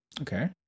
Okay